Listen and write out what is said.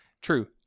true